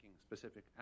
specific